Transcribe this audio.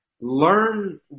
Learn